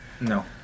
No